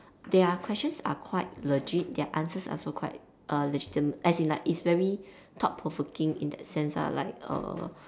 their questions are quite legit their answers also quite err legitimate as in like it's very thought provoking in that sense ah like err